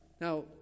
Now